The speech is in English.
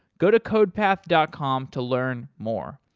go to codepath dot com to learn more.